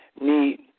need